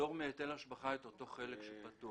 ולפטור מהיטל השבחה את אותו חלק שפטור.